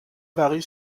varie